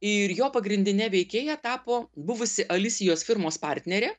ir jo pagrindine veikėja tapo buvusi alisijos firmos partnerė